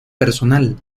personal